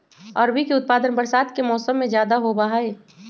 अरबी के उत्पादन बरसात के मौसम में ज्यादा होबा हई